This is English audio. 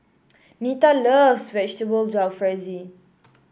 Nita loves Vegetable Jalfrezi